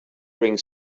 bring